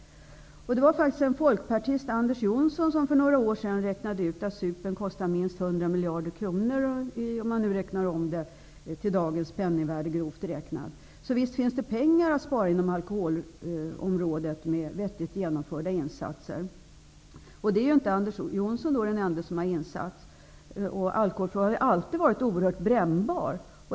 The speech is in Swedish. Folkpartisten Anders Jonsson räknade för några år sedan ut att en sup kostar minst 100 miljarder kronor, grovt räknat och omräknat i dagens penningvärde. Visst finns det alltså pengar att spara på alkoholområdet genom vettigt genomförda insatser. Anders Jonsson är inte den ende som insett det. Alkoholfrågan har ju alltid varit oerhört brännbar.